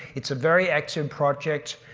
it's a very active project.